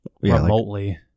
remotely